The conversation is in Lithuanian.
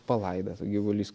palaidas gyvulys